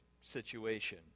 situation